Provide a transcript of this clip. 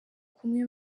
kumwe